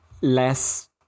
less